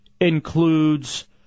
includes